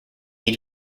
need